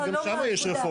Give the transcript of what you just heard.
אבל גם שם יש רפורמה.